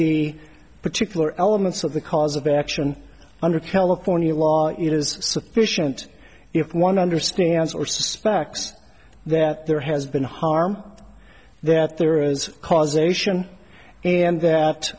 the particular elements of the cause of action under california law it is sufficient if one understands or suspects that there has been harm that there is causation and